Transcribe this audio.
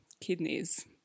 kidneys